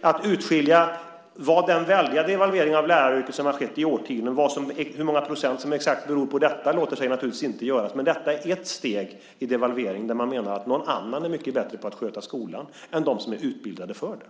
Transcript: Att urskilja vad, hur många procent, i den väldiga devalvering av läraryrket som har skett i årtionden som exakt beror på detta låter sig naturligtvis inte göras, men detta är ett steg i devalveringen, där man menar att någon annan är mycket bättre på att sköta skolan än de som är utbildade för det.